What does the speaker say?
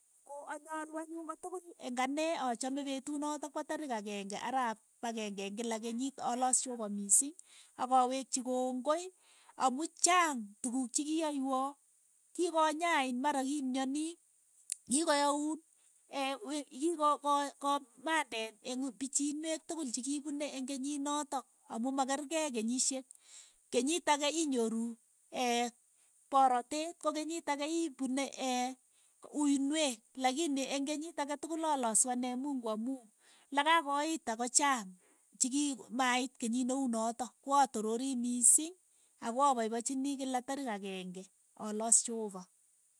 Ko anyalu anyun ko tukul eng' anee achame petut notok pa tarik akeng'e arap akeng'e eng' kila kenyiit aloos cheopa mising ak awekchi kongoi amu chaang tukuuk chikiyaywo, kikonyaiin mara kimyaani, kikoyauun kiko ko- ko mandeen eng' pichiinwek tukul chi kipune eng' kenyiit notok amu makeerkei kenyishek, kenyit ake inyoru poroteet ko kenyiit ake ipune uinweek lakini eng' kenyit ake tukul alasuu ane mungu amuu lakakoita ko chaang chi ki maiit kenyit ne uu notok, ko atororii miising ako apaipachini kila tarik akeng'e aloos cheopa.